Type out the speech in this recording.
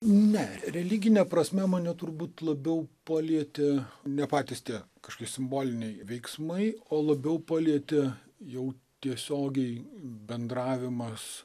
ne religine prasme mane turbūt labiau palietė ne patys tie kažkokie simboliniai veiksmai o labiau palietė jau tiesiogiai bendravimas